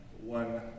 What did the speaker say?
one